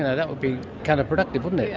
that would be counter-productive, wouldn't it.